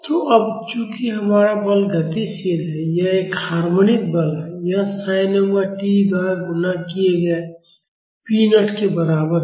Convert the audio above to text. तो अब चूंकि हमारा बल गतिशील है यह एक हार्मोनिक बल है यह sin ओमेगा टी द्वारा गुणा किए गए p नॉट के बराबर है